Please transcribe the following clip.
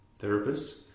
therapists